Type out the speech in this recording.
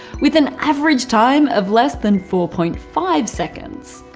with an average time of less than four point five seconds.